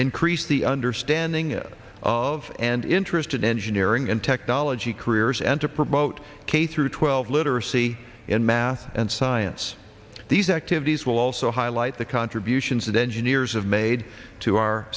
increase the understanding of and interest in engineering and technology careers and to promote k through twelve literacy in math and science these activities will also highlight the contributions that engineers have made to our